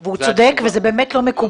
הוא צודק ומה שבצלאל אמר באמת לא מקובל.